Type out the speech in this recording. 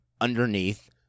underneath